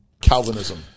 Calvinism